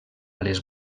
les